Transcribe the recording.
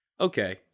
Okay